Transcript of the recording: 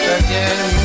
again